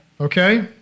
Okay